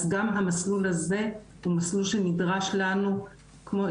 אז גם המסלול הזה הוא מסלול שנדרש לנו כמו,